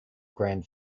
grand